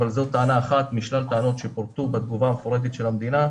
אבל זאת טענה אחת משלל טענות שפורטו בתגובה המפורטת של המדינה,